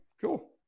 Cool